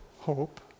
hope